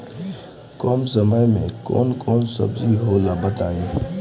कम समय में कौन कौन सब्जी होला बताई?